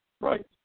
right